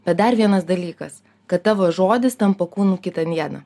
bet dar vienas dalykas kad tavo žodis tampa kūnu kitą dieną